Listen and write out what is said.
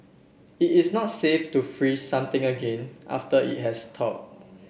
it is not safe to freeze something again after it has thawed